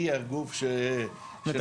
היא הגוף ש --- זאת אומרת,